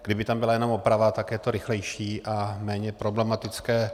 Kdyby tam byla jenom oprava, tak je to rychlejší a méně problematické.